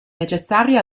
necessarie